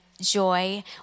joy